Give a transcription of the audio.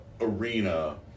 arena